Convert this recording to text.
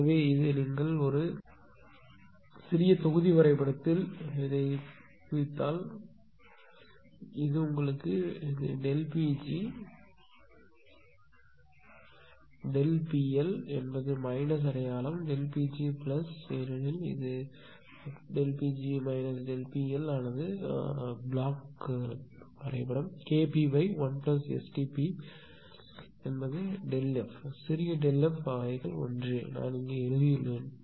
எனவே இது நீங்கள் ஒரு சிறிய தொகுதி வரைபடத்தில் குறிப்பு செய்தால் இது எனவே இது Pg இது ΔP L ΔP L என்பது மைனஸ் அடையாளம் ΔP g பிளஸ் ஏனெனில் oneP g ΔP L ஆனது பிளாக் வரைபடம்Kp1STp ஆனது Δf சிறிய ΔF அவைகள் ஒன்றே நான் இங்கே எழுதியுள்ளேன்